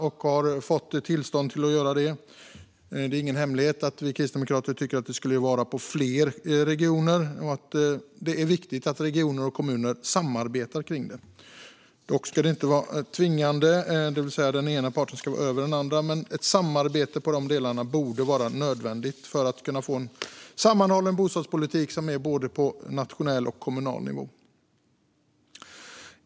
Man har fått tillstånd att göra detta. Det är ingen hemlighet att vi kristdemokrater tycker att det skulle vara så i fler regioner. Det är viktigt att regioner och kommuner samarbetar kring detta. Det ska dock inte vara tvingande, det vill säga att den ena parten ska vara över den andra. Men det borde vara nödvändigt med ett samarbete i dessa delar för att man ska kunna få en sammanhållen bostadspolitik på både nationell och kommunal nivå.